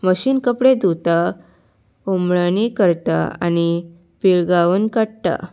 machine कपडे धुता उमळणी करता आनी पिळगावून काडटा